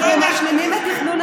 אין שום בעיה.